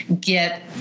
get